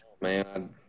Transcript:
man